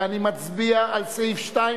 ואני מצביע על סעיף 2,